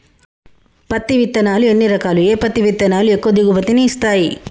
పత్తి విత్తనాలు ఎన్ని రకాలు, ఏ పత్తి విత్తనాలు ఎక్కువ దిగుమతి ని ఇస్తాయి?